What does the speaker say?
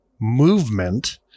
movement